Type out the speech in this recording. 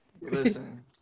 Listen